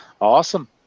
Awesome